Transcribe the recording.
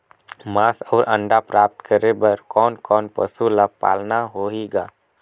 मांस अउ अंडा प्राप्त करे बर कोन कोन पशु ल पालना होही ग?